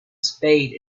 spade